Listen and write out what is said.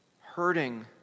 hurting